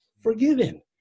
forgiven